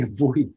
avoid